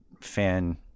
fan